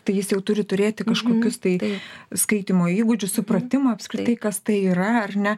tai jis jau turi turėti kažkokius tai skaitymo įgūdžių supratimo apskritai kas tai yra ar ne